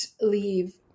leave